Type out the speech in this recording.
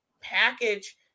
package